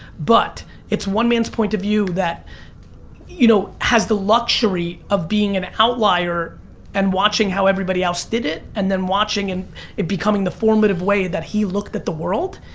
but it's one man's point of view that you know has the luxury of being an outlier and watching how everybody else did it. and then watching and it becoming the formative way that he looked at the world.